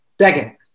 second